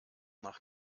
nach